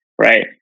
right